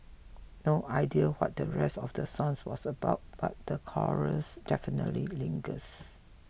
no idea what the rest of the songs was about but the chorus definitely lingers